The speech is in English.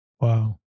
Wow